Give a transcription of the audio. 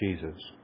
Jesus